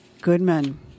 Goodman